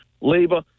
labor